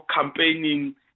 campaigning